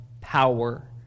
Power